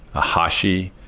ah hashi,